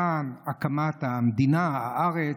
למען הקמת המדינה, הארץ,